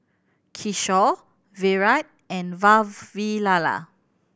Kishore Virat and Vavilala